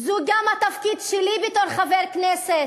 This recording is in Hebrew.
גם התפקיד שלי בתור חברת כנסת,